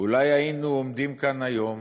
אולי היינו עומדים כאן היום